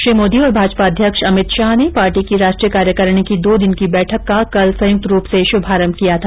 श्री मोदी और भाजपा अध्यक्ष अमित शाह ने पार्टी की राष्ट्रीय कार्यकारिणी की दो दिन की बैठक का कल संयुक्त रूप से शुभारंभ किया था